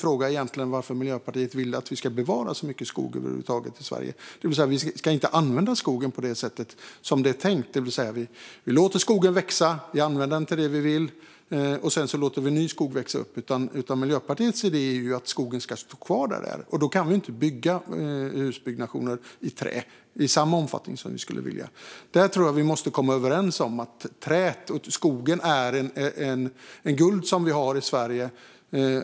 Varför vill då Miljöpartiet att vi ska bevara så mycket skog och inte använda skogen som det är tänkt, det vill säga låta skogen växa, använda den och sedan låta ny skog växa upp? Miljöpartiets idé är att skogen ska stå kvar, men då kan vi ju inte bygga hus i trä i den omfattning som vi vill. Låt oss komma överens om att skogen är guld för Sverige.